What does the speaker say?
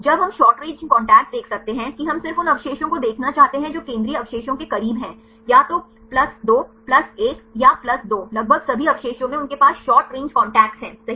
जब हम short range contacts देख सकते हैं कि हम सिर्फ उन अवशेषों को देखना चाहते हैं जो केंद्रीय अवशेषों के करीब हैं या तो 2 1 या 2 लगभग सभी अवशेषों में उनके पास शॉर्ट रेंज कॉन्टैक्ट्स हैं सही